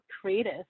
creative